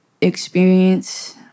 experience